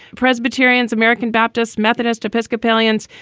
presbyterians, american baptist, methodist, episcopalians.